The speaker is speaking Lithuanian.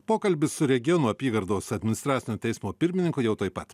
pokalbis su regionų apygardos administracinio teismo pirmininku jau tuoj pat